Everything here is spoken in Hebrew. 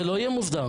זה לא יהיה מוסדר,